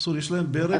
מנסור, יש בזה פרק?